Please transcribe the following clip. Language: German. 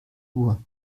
uhr